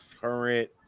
current